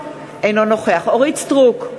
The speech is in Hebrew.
אינו נוכח אורית סטרוק,